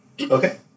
Okay